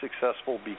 successful